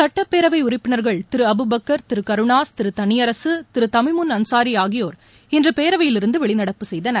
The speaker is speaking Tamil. சட்டப்பேரவை உறுப்பினர்கள் திரு அபுபக்கர் திரு கருணாஸ் திரு தனியரசு திரு தமிமுன் அன்சாரி ஆகியோர் இன்று பேரவையில் இருந்து வெளிநடப்பு செய்தனர்